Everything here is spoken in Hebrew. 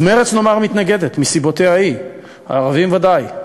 אז מרצ, נאמר, מתנגדת מסיבותיה-היא, הערבים ודאי,